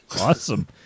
Awesome